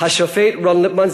השופט רון ליפמן,